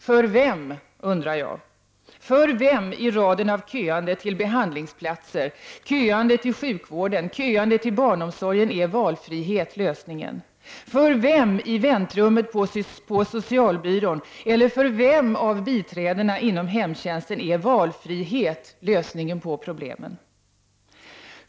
För vem i raden av köande till behandlingsplatser, köande till sjukvården och köande till barnomsorgen är valfrihet en lösning? För vem i väntrummet på socialbyrån och för vem av biträdena inom hemtjänsten är valfrihet lösningen på problemen?